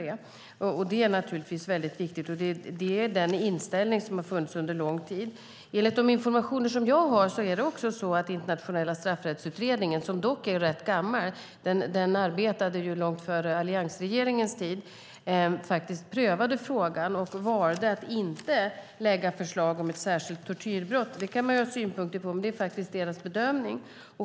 Det är naturligtvis väldigt viktigt och den inställning som har funnits under lång tid. Enligt de informationer som jag har prövade Internationella straffrättsutredningen frågan. Den är dock rätt gammal och arbetade långt före alliansregeringens tid. De valde att inte lägga fram förslag om ett särskilt tortyrbrott. Det kan man ha synpunkter på, men det var deras bedömning.